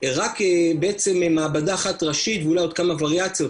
רק בעצם מעבדה אחת ראשית ואולי עוד כמה וריאציות,